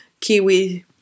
Kiwi